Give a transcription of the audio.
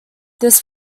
this